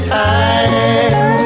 time